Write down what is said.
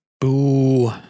boo